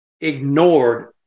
ignored